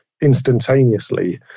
instantaneously